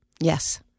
Yes